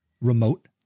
remote